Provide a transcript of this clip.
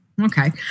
okay